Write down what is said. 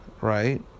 right